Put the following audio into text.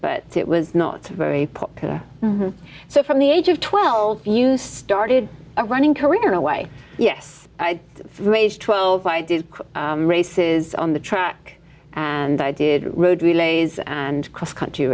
but it was not very popular so from the age of twelve you started a running career in a way yes i raised twelve i did races on the track and i did road relays and cross country